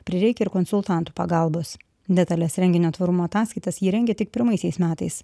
prireikia ir konsultantų pagalbos detales renginio tvarumo ataskaitas ji rengė tik pirmaisiais metais